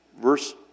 Verse